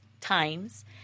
times